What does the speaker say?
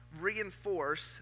reinforce